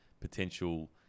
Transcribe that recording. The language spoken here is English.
potential